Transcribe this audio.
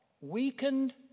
weakened